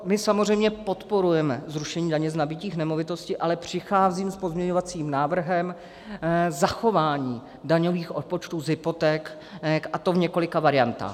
My samozřejmě podporujeme zrušení daně z nabytí nemovitosti, ale přicházím s pozměňovacím návrhem zachování daňových odpočtů z hypoték, a to v několika variantách.